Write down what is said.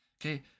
Okay